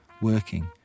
working